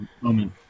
moment